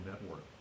Network